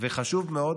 וחשוב מאוד